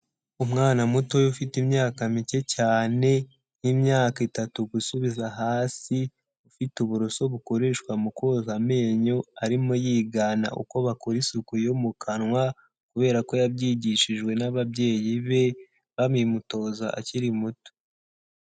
Umwana mutoya ufite imyaka mike cyane nk'imyaka itatu gusubiza hasi, ufite uburoso bukoreshwa mu koza amenyo, arimo yigana uko bakora isuku yo mu kanwa kubera ko yabyigishijwe n'ababyeyi be, babimutoza akiri muto.